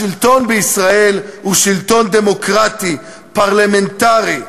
השלטון בישראל הוא שלטון דמוקרטי, פרלמנטרי,